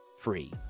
free